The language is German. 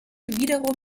wiederum